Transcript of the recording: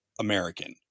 American